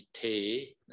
detail